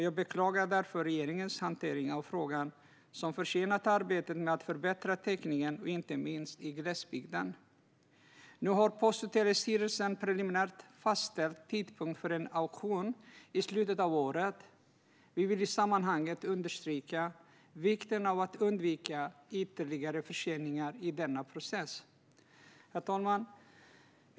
Jag beklagar därför regeringens hantering av frågan, som försenat arbetet med att förbättra täckningen, inte minst i glesbygden. Nu har Post och telestyrelsen preliminärt fastställt tidpunkten för en auktion, i slutet av året. Vi vill i sammanhanget understryka vikten av att man undviker ytterligare förseningar i denna process. Herr talman!